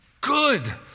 good